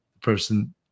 person